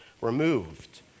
removed